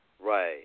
Right